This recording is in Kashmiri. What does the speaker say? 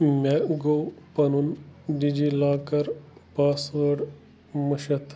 مےٚ گوٚو پَنُن D G locker password مُشِتھ